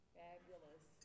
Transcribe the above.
fabulous